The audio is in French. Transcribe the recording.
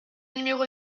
numéro